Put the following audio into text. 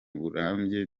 burambye